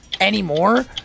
anymore